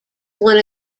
one